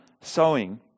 sowing